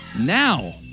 Now